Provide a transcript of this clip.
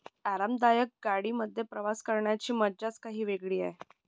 आरामदायक गाडी मध्ये प्रवास करण्याची मज्जाच काही वेगळी आहे